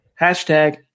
Hashtag